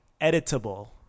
editable